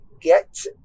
get